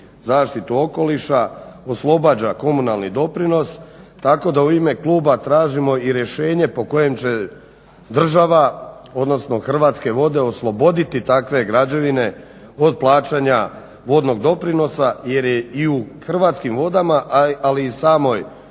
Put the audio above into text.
zaštitu okoliša oslobađa komunalni doprinos tako da u ime kluba tražimo i rješenje po kojem će država, odnosno Hrvatske vode osloboditi takve građevine od plaćanja vodnog doprinosa jer je i u Hrvatskim vodama, ali i samoj